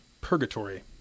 Purgatory